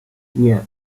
nie